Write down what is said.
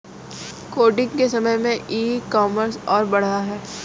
Covid के समय में ई कॉमर्स और बढ़ा है